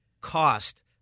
cost